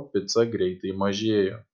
o pica greitai mažėjo